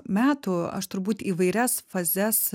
metų aš turbūt įvairias fazes